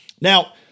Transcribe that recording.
Now